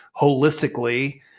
holistically